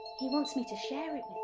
he wants me to share it